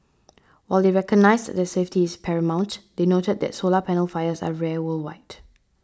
while they recognised that safety is paramount they noted that solar panel fires are rare worldwide